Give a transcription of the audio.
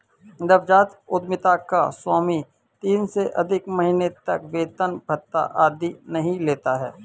नवजात उधमिता का स्वामी तीन से अधिक महीने तक वेतन भत्ता आदि नहीं लेता है